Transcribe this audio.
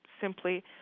simply